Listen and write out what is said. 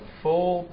full